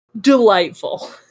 Delightful